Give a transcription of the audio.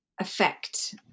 affect